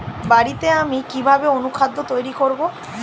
বাড়িতে আমি কিভাবে অনুখাদ্য তৈরি করব?